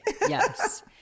Yes